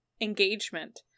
engagement